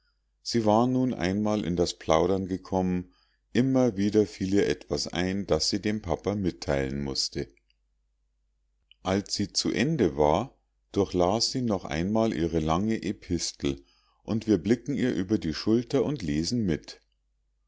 sie war nun einmal in das plaudern gekommen immer wieder fiel ihr etwas ein das sie dem papa mitteilen mußte als sie zu ende war durchlas sie noch einmal ihre lange epistel und wir blicken ihr über die schulter und lesen mit